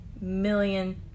million